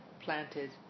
planted